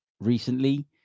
recently